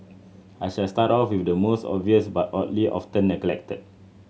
I shall start off with the most obvious but oddly often neglected